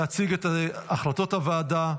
להציג את החלטות הוועדה,